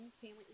family